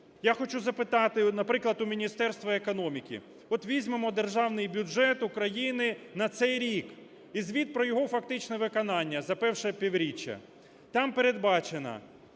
Я хочу запитати, наприклад, у Міністерства економіки. От візьмемо Державний бюджет України на цей рік і звіт про його фактичне виконання за переш півріччя. Там передбачені